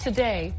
Today